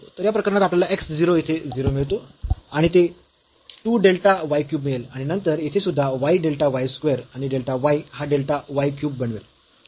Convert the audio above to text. तर या प्रकरणात आपल्याला x 0 येथे 0 मिळतो आणि ते 2 डेल्टा y क्यूब मिळेल आणि नंतर येथे सुद्धा y डेल्टा y स्क्वेअर आणि डेल्टा y हा डेल्टा y क्यूब बनवेल